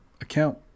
account